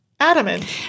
Adamant